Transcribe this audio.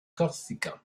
corsican